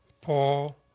Paul